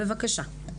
בבקשה.